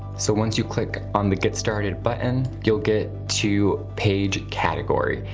so once you click on the get started button, you'll get to page category.